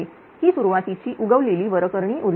ही सुरवातीची उगवलेली वरकरणी ऊर्जा आहे